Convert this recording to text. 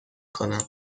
کنم